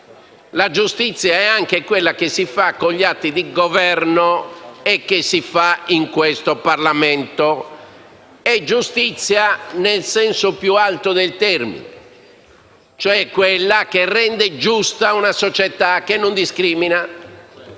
La giustizia è anche quella che si fa con gli atti di Governo e che si fa in questo Parlamento: è giustizia nel senso più alto del termine, cioè quella che rende giusta una società, che non discrimina.